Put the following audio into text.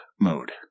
mode